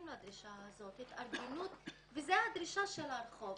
לדרישה הזאת של התארגנות שהיא דרישת הרחוב.